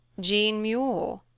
jean muir,